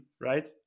right